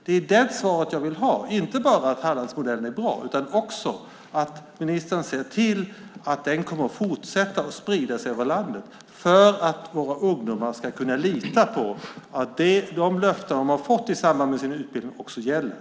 Det är ett svar på den frågan som jag vill ha - alltså inte bara ett svar om att Hallandsmodellen är bra utan också ett svar om att ministern ska se till att man kommer att fortsätta med den modellen och att den kommer att spridas över landet så att våra ungdomar kan lita på att de löften som de fått i samband med sin utbildning också gäller.